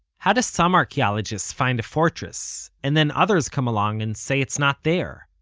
how do some archeologists find a fortress and then others come along and say it's not there?